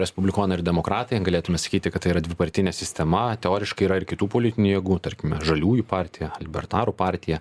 respublikonai ar demokratai galėtume sakyti kad tai yra dvipartinė sistema teoriškai yra ir kitų politinių jėgų tarkime žaliųjų partija libertarų partija